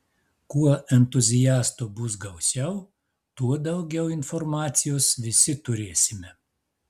kuo entuziastų bus gausiau tuo daugiau informacijos visi turėsime